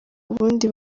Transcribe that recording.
ubundi